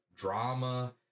drama